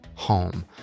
home